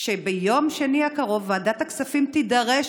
שביום שני הקרוב ועדת הכספים תידרש